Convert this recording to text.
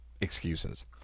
Excuses